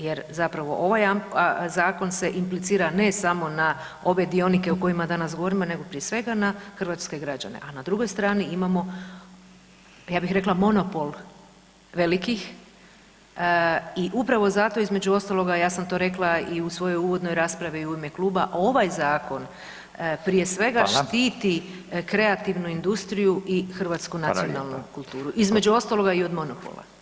Jer zapravo ovaj zakon se implicira ne samo na ove dionike o kojima danas govorimo, nego prije svega na hrvatske građane, a na drugoj strani imamo ja bih rekla monopol velikih i upravo zato između ostaloga ja sam to rekla i u svojoj uvodnoj raspravi i u ime kluba ovaj zakon prije svega štiti kreativnu industriju i hrvatsku nacionalnu kulturu, između ostaloga i od monopola.